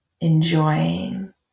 enjoying